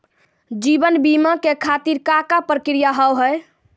जीवन बीमा के खातिर का का प्रक्रिया हाव हाय?